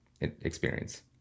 experience